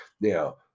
now